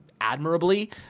admirably